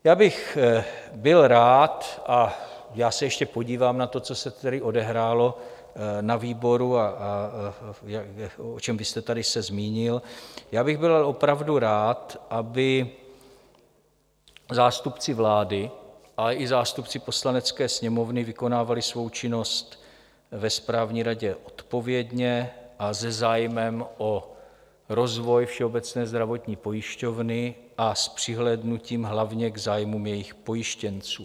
Já bych byl rád a já se ještě podívám na to, co se tedy odehrálo na výboru, o čem vy jste se tady zmínil já bych byl opravdu rád, aby zástupci vlády, ale i zástupci Poslanecké sněmovny vykonávali svou činnost ve správní radě odpovědně, se zájmem o rozvoj Všeobecné zdravotní pojišťovny a s přihlédnutím hlavně k zájmům jejích pojištěnců.